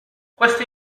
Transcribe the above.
questo